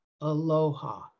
Aloha